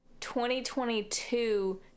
2022